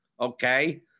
Okay